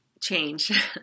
change